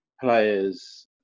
players